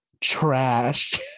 trash